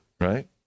right